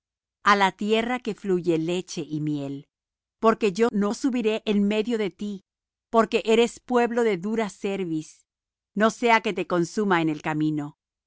y al pherezeo y al heveo y al jebuseo a la tierra que fluye leche y miel porque yo no subiré en medio de ti porque eres pueblo de dura cerviz no sea que te consuma en el camino